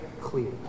clear